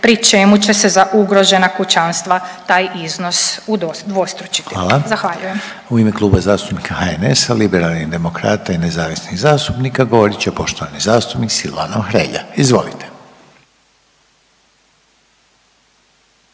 pri čemu će se za ugrožena kućanstva taj iznos udvostručiti. Zahvaljujem. **Reiner, Željko (HDZ)** Hvala. U ime Kluba zastupnika HNS-a, liberalnih demokrata i nezavisnih zastupnika govorit će poštovani zastupnik Silvano Hrelja. Izvolite.